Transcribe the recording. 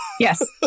Yes